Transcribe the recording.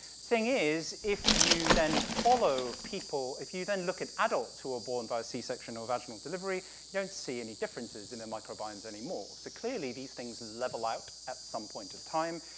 thing is, if you then follow people, if you then look at adults who are born via c-section or vaginal delivery, you don't see any differences in their microbiomes anymore, so clearly, these things level out at some point in time,